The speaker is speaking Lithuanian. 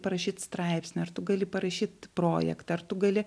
parašyt straipsnį ar tu gali parašyt projektą ar tu gali